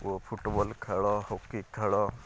ଓ football ଖେଳ hockey ଖେଳ